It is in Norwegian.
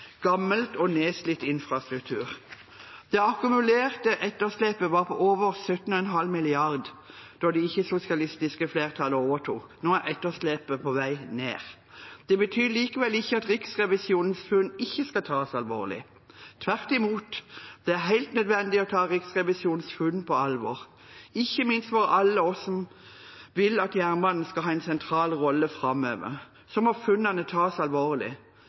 og nedslitt infrastruktur. Det akkumulerte etterslepet var på over 17,5 mrd. kr da det ikke-sosialistiske flertallet overtok. Nå er etterslepet på vei ned. Det betyr likevel ikke at Riksrevisjonens funn ikke skal tas alvorlig – tvert imot. Det er helt nødvendig å ta Riksrevisjonens funn på alvor. Ikke minst for alle oss som vil at jernbanen skal ha en sentral rolle framover, må funnene tas alvorlig.